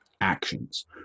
actions